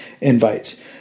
invites